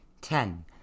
ten